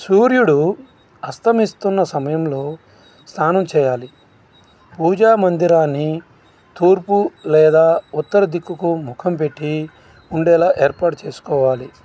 సూర్యుడు అస్తమిస్తున్న సమయంలో స్నానం చేయాలి పూజా మందిరాన్ని తూర్పు లేదా ఉత్తర దిక్కుకు ముఖం పెట్టి ఉండేలా ఏర్పాటు చేసుకోవాలి